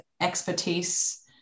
expertise